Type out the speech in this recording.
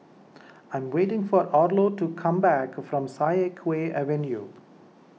I am waiting for Arlo to come back from Siak Kew Avenue